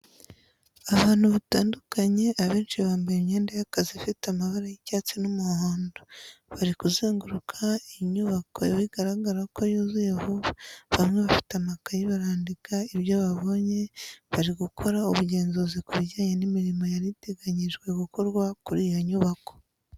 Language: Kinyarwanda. Abantu batandukanye abenshi bambaye imyenda y'akazi ifite amabara y'icyatsi n'umuhondo, bari kuzenguruka inyubako bigaragara ko yuzuye vuba, bamwe bafite amakayi barandika ibyo babonye bari gukora ubugenzuzi ku bijyanye n'imirimo yari iteganyijwe gukorwa kuri iyo nyubako.